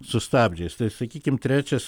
su stabdžiais tai sakykim trečias